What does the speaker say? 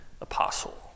apostle